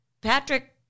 Patrick